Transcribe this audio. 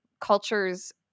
cultures